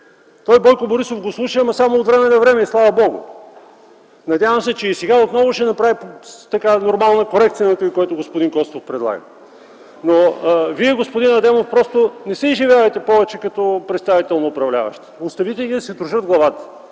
Бойко Борисов го слуша, ама само от време на време и слава Богу. Надявам се, че и сега отново ще направи нормална корекция на това, което господин Костов предлага. Господин Адемов, не се изявявайте повече като представител на управляващите, оставете ги да си трошат главата,